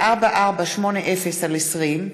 איסור פעילות שיש בה הדתה,